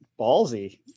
ballsy